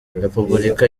repubulika